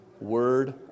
Word